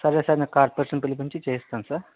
సర్లే సార్ నేను కార్పెంటర్ ని పిలిపించి చేయిస్తాను సార్